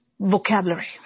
vocabulary